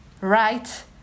Right